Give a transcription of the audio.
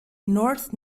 north